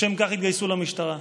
לשם כך התגייסו למשטרה.